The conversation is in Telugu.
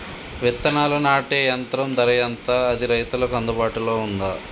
విత్తనాలు నాటే యంత్రం ధర ఎంత అది రైతులకు అందుబాటులో ఉందా?